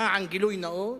למען הגילוי הנאות,